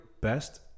best